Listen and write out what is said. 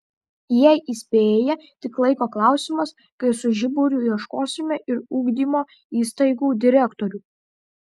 jie įspėja tik laiko klausimas kai su žiburiu ieškosime ir ugdymo įstaigų direktorių